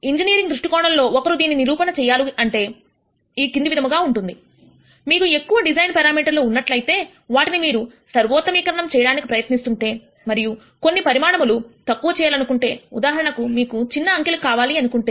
engineering దృష్టికోణంలో ఒకరు దీనిని నిరూపణ చేయాలంటే ఈ క్రింది విధముగా ఉంటుంది మీకు ఎక్కువ డిజైన్స్ పెరామీటర్ర్లు ఉన్నట్లయితే వాటిని మీరు సర్వోత్తమీకరణం చేయడానికి ప్రయత్నిస్తుంటే మరియు కొన్ని పరిమాణము లు తక్కువ చేయాలనుకుంటే ఉదాహరణకు మీకు చిన్న అంకెలు కావాలి అనుకుంటే